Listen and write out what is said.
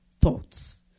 thoughts